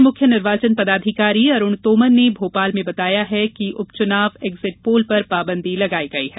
अपर मुख्य निर्वाचन पदाधिकारी अरूण तोमर ने भोपाल में बताया है कि उपचुनाव एक्जिट पोल पर पाबंदी लगाई गई है